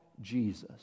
Jesus